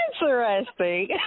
Interesting